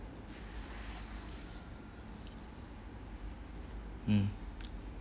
mm